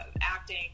acting